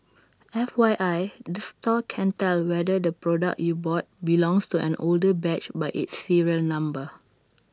F Y I the store can tell whether the product you bought belongs to an older batch by its serial number